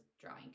drawing